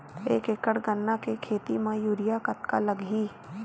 एक एकड़ गन्ने के खेती म यूरिया कतका लगही?